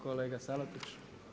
Kolega Salapić?